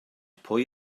pwy